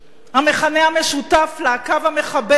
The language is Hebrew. המכנה המשותף לה, הקו המחבר,